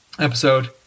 episode